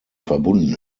verbunden